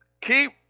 Keep